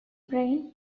brian